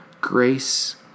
Grace